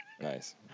Nice